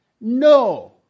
no